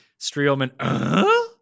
Streelman